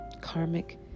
karmic